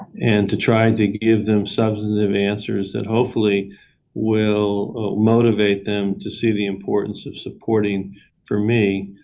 and to try to give them substantive answers that hopefully will motivate them to see the importance of supporting for me,